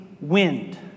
wind